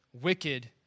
wicked